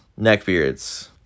neckbeards